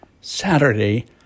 Saturday